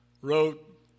wrote